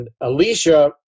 Alicia